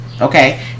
okay